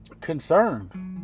concerned